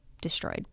destroyed